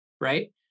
right